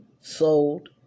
sold